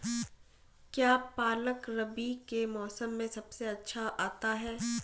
क्या पालक रबी के मौसम में सबसे अच्छा आता है?